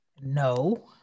No